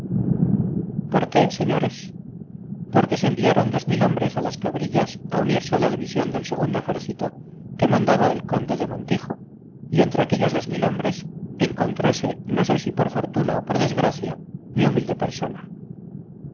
por qué señores porque se enviaron hombres a las cabrillas a unirse a la división del segundo ejército que mandaba el conde de montijo y entre aquellos hombres encontrose no sé si por fortuna o por desgracia mi humilde persona